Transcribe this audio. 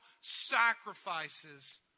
sacrifices